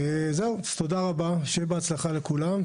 תודה רבה, שיהיה בהצלחה לכולם.